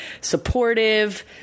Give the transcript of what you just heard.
supportive